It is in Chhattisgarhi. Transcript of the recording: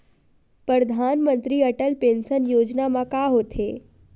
परधानमंतरी अटल पेंशन योजना मा का होथे?